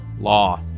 Law